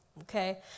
okay